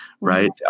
right